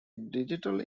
digital